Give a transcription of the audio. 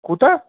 کوٗتاہ